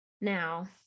Now